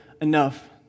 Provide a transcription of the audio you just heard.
enough